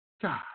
God